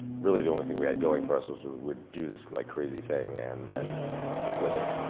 really, the only thing we had going for us was we would do this like crazy thing and and stick with it.